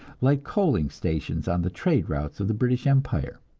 like coaling stations on the trade routes of the british empire.